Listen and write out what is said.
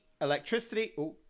electricity